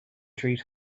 treat